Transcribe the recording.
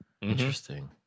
Interesting